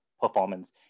performance